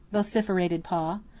vociferated pa.